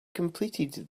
completed